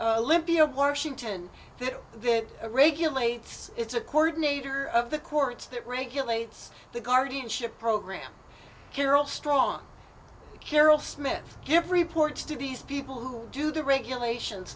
n libya washington there regulates it's a coordinator of the courts that regulates the guardianship program carol strong carol smith give reports to beas people who do the regulations